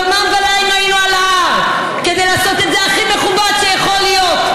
יומם ולילה היינו על ההר כדי לעשות את זה הכי מכובד שיכול להיות.